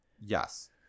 Yes